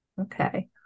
Okay